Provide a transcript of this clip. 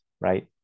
right